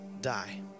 die